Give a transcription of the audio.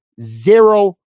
zero